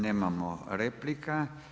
Nemamo replika.